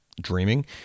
Dreaming